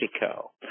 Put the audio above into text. Mexico